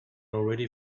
already